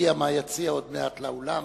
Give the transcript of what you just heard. שיגיע עוד מעט מהיציע לאולם.